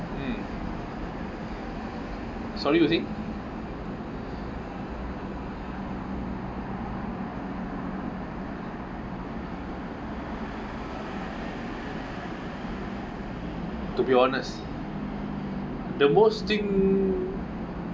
mm sorry what you saying to be honest the most thing